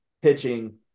pitching